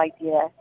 idea